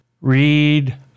read